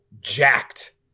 jacked